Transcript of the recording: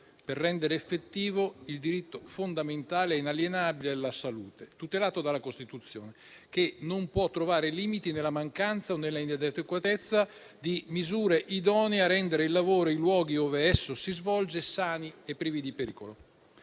per rendere effettivo il diritto fondamentale e inalienabile alla salute, tutelato dalla Costituzione, che non può trovare limiti nella mancanza o nell'inadeguatezza di misure idonee a rendere il lavoro e i luoghi ove esso si svolge sani e privi di pericoli.